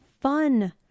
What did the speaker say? fun